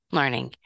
learning